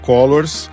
Colors